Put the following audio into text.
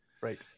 Right